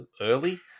early